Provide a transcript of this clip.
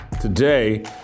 Today